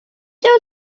you